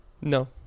No